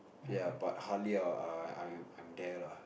ya but hardly I I I I'm there lah